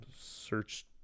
search